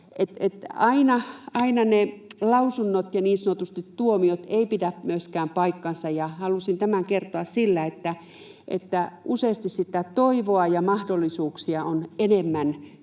aina ne lausunnot ja niin sanotusti tuomiot eivät pidä myöskään paikkansa. Halusin tämän kertoa siksi, että useasti sitä toivoa ja mahdollisuuksia on enemmän kuin mitä